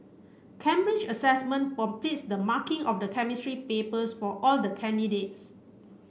Cambridge Assessment completes the marking of the Chemistry papers for all the candidates